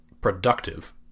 productive